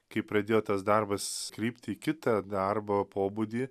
kai pradėjo tas darbas krypt į kitą darbo pobūdį